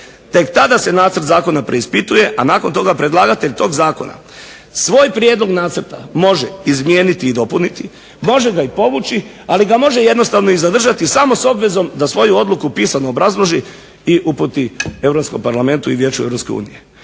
tek tada se nacrt zakona preispituje a nakon toga predlagatelj tog zakona. Svoj prijedlog nacrta može izmijeniti i dopuniti, može ga i povući ali ga može i zadržati samo s obvezom da svoju odluku pisano obrazloži i uputi Europskom parlamentu i Vijeću Europske unije.